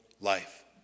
life